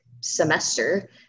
semester